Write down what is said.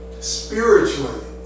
Spiritually